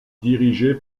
dirigé